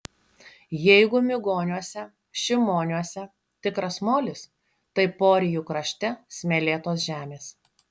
jeigu migoniuose šimoniuose tikras molis tai porijų krašte smėlėtos žemės